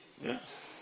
Yes